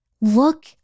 Look